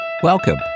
Welcome